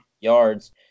yards